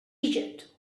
egypt